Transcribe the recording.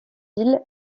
civils